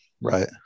right